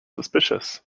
suspicious